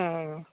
हँ